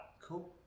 Cool